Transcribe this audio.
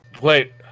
Wait